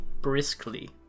Briskly